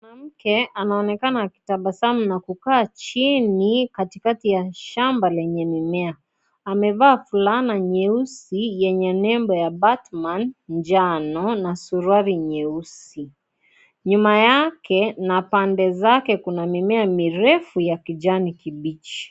Mwanamke anaonekana anatabasamu na amekaa chini kwenye shamba la mimea amevaa fulana nyeusi yenye nembo ya bat man njano na suruali nyeusi .nyuma yakena Pande zake kuna mimea mirefu yenye rangi ya kijani